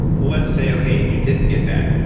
let's say, okay, you didn't get that.